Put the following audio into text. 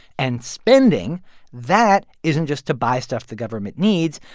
and spending that isn't just to buy stuff the government needs,